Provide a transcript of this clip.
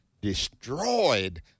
destroyed